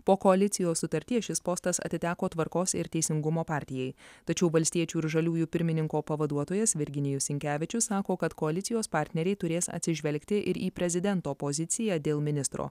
po koalicijos sutarties šis postas atiteko tvarkos ir teisingumo partijai tačiau valstiečių ir žaliųjų pirmininko pavaduotojas virginijus sinkevičius sako kad koalicijos partneriai turės atsižvelgti ir į prezidento poziciją dėl ministro